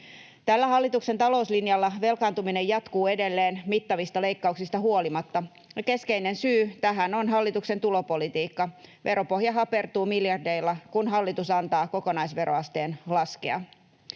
Tällä hallituksen talouslinjalla velkaantuminen jatkuu edelleen mittavista leikkauksista huolimatta. Keskeinen syy tähän on hallituksen tulopolitiikka. Veropohja hapertuu miljardeilla, kun hallitus antaa kokonaisveroasteen laskea.